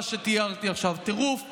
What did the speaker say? מה שתיארתי עכשיו, טירוף מוחלט.